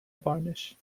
varnish